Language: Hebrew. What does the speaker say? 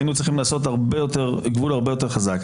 היינו צריכים לעשות גבול הרבה יותר חזק.